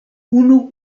unu